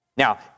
Now